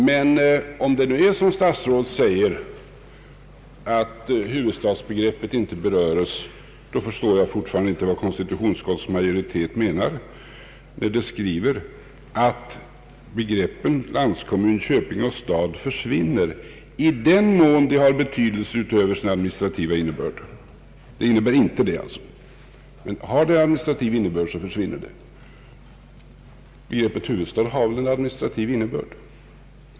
Men om det är som statsrådet säger att huvudstadsbegreppet inte berörs förstår jag fortfarande inte vad konsti tutionsutskottets majoritet menar med att skriva att begreppen landskommun, köping och stad inte försvinner, i den mån de har betydelse utöver sin administrativa innebörd. Har de administrativ innebörd försvinner de. Begreppet huvudstad har väl en administrativ innebörd?